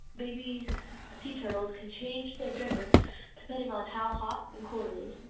baby sea turtles can change their gender depending on how hot and cold is.